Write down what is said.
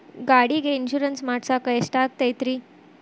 ಗಾಡಿಗೆ ಇನ್ಶೂರೆನ್ಸ್ ಮಾಡಸಾಕ ಎಷ್ಟಾಗತೈತ್ರಿ?